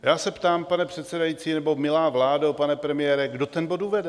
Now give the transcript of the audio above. Já se ptám, pane předsedající, nebo milá vládo, pane premiére, kdo ten bod uvede?